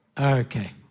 Okay